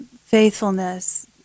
faithfulness